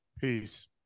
Peace